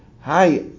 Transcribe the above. Hi